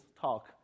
talk